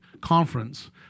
conference